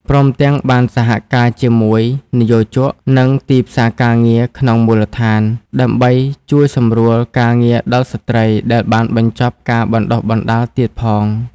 ព្រមទាំង បានសហការជាមួយនិយោជក និងទីផ្សារការងារក្នុងមូលដ្ឋាន ដើម្បីជួយសម្រួលការងារដល់ស្ត្រីដែលបានបញ្ចប់ការបណ្តុះបណ្តាលទៀតផង។